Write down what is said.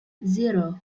zero